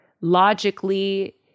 logically